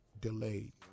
delayed